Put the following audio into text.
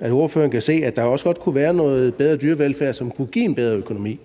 at ordføreren kan se, at der også godt kunne være noget bedre dyrevelfærd, som kunne give en bedre økonomi.